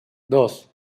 dos